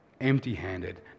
Empty-handed